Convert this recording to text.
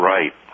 Right